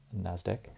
NASDAQ